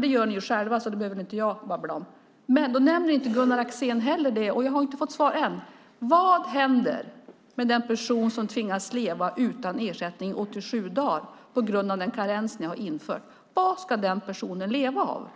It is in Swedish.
Det gör ni själva, och det behöver inte jag babbla om. Men jag har inte fått svar än om vad som händer med den person som tvingas leva utan ersättning 87 dagar på grund av den karens ni har infört. Vad ska den personen leva av?